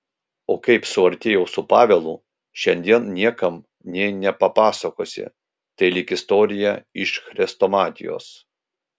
o kaip suartėjau su pavelu šiandien niekam nė nepapasakosi tai lyg istorija iš chrestomatijos